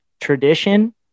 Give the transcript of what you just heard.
tradition